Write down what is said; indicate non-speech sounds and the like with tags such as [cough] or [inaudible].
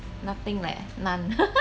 nothing leh none [laughs]